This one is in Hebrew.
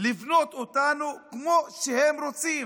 לבנות אותנו כמו שהם רוצים.